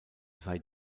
sei